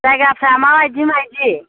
जायगाफ्रा माबायदि माबायदि